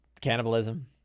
cannibalism